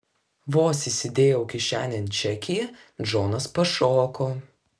vos įsidėjau kišenėn čekį džonas pašoko